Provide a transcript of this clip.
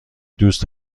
دوست